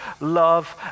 love